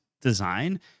design